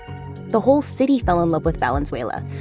the whole city fell in love with valenzuela,